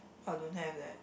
I don't have leh